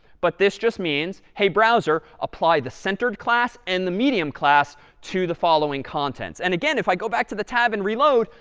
but this just means, hey, browser, apply the centered class and the medium class to the following contents. and again, if i go back to the tab and reload,